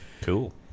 Cool